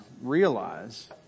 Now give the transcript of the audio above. realize